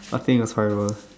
nothing is forever